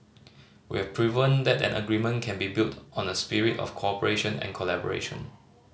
we have proven that an agreement can be built on a spirit of cooperation and collaboration